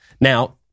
Now